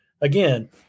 again